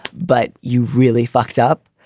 but you've really fucked up.